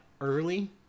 early